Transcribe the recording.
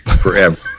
forever